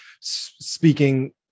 speaking